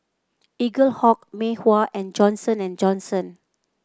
Eaglehawk Mei Hua and Johnson And Johnson